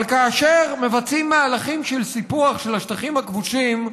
אבל כאשר מבצעים מהלכים של סיפוח השטחים הכבושים,